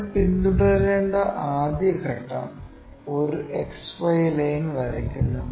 നമ്മൾ പിന്തുടരേണ്ട ആദ്യ ഘട്ടം ഒരു XY ലൈൻ വരയ്ക്കുന്നു